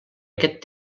aquest